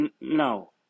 No